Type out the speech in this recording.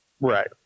Right